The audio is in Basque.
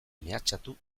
mehatxatu